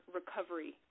recovery